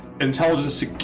intelligence